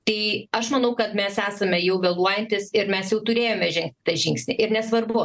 tai aš manau kad mes esame jau vėluojantys ir mes jau turėjome žengt tą žingsnį ir nesvarbu